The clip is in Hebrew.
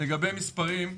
לגבי מספרים,